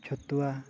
ᱪᱷᱚᱛᱩᱣᱟ